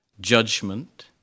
judgment